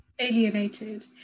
alienated